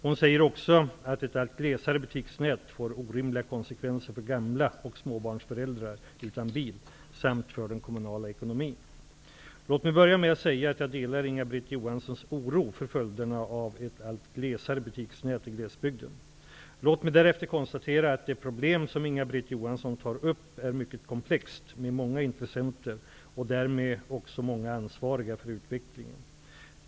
Hon säger också att ett allt glesare butiksnät får orimliga konsekvenser för gamla och småbarnsföräldrar utan bil samt för den kommunala ekonomin. Låt mig börja med att säga att jag delar Inga-Britt Johanssons oro för följderna av ett allt glesare butiksnät i glesbygden. Låt mig därefter konstatera att det problem som Inga-Britt Johansson tar upp är mycket komplext med många intressenter och därmed också många ansvariga för utvecklingen.